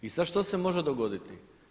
I sada što se može dogoditi?